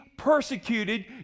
persecuted